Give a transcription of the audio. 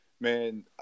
man